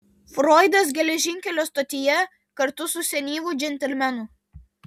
froidas geležinkelio stotyje kartu su senyvu džentelmenu